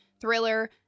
thriller